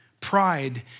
Pride